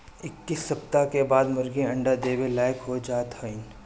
इक्कीस सप्ताह के बाद मुर्गी अंडा देवे लायक हो जात हइन